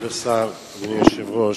כבוד השר, אדוני היושב-ראש,